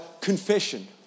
Confession